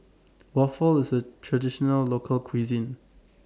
Waffle IS A Traditional Local Cuisine